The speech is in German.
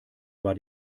war